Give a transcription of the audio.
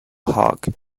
hog